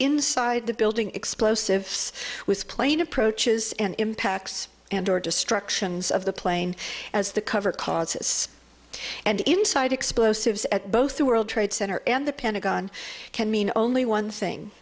inside the building explosives with plane approaches and impacts and or destructions of the plane as the cover causes and inside explosives at both the world trade center and the pentagon can mean only one thing